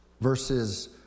verses